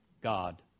God